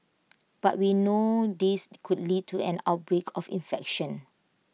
but we know this could lead to an outbreak of infection